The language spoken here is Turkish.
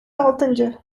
altıncı